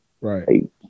Right